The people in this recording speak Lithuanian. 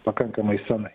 pakankamai senai